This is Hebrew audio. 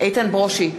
איתן ברושי,